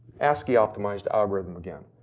ascii optimized algorithm again.